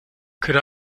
could